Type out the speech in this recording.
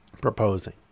proposing